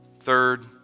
Third